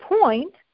point